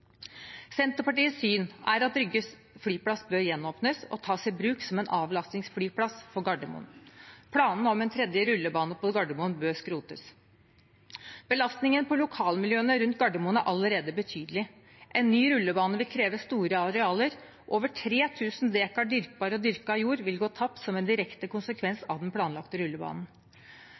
Senterpartiets syn er at Rygge flyplass bør gjenåpnes og tas i bruk som en avlastningsflyplass for Gardermoen. Planene om en tredje rullebane på Gardermoen bør skrotes. Belastningen på lokalmiljøene rundt Gardermoen er allerede betydelig. En ny rullebane vil kreve store arealer. Over 3 000 dekar dyrkbar og dyrket jord vil gå tapt som en direkte konsekvens av den planlagte rullebanen.